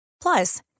Plus